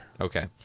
okay